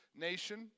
nation